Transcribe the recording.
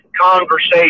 conversation